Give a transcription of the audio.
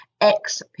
XP